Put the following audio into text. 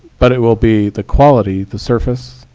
but it will be the quality, the surface,